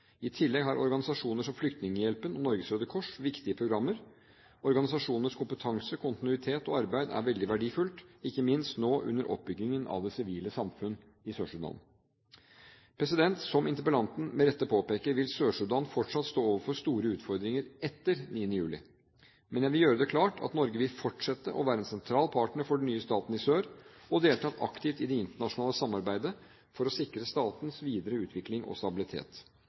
I tillegg har organisasjoner som Flyktninghjelpen og Norges Røde Kors viktige programmer. Organisasjonenes kompetanse, kontinuitet og arbeid er veldig verdifullt, ikke minst nå under oppbyggingen av det sivile samfunn i Sør-Sudan. Som interpellanten med rette påpeker, vil Sør-Sudan fortsatt stå overfor store utfordringer etter 9. juli. Men jeg vil gjøre det klart at Norge vil fortsette å være en sentral partner for den nye staten i sør og delta aktivt i det internasjonale samarbeidet for å sikre statens videre utvikling og stabilitet.